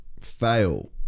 fail